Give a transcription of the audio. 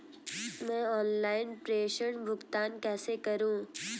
मैं ऑनलाइन प्रेषण भुगतान कैसे करूँ?